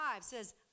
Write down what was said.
says